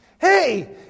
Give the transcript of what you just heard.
Hey